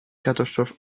catastrophe